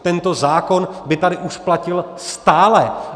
Tento zákon by tady už platil stále.